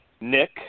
Nick